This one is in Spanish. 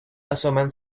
asoman